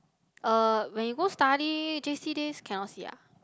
uh when you go study J_C days cannot see ah